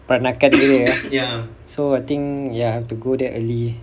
peranakan day ah so I think ya I have to go there early